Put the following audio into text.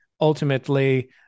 ultimately